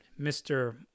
Mr